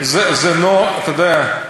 אתה יודע,